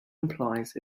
implies